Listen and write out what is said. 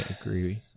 agree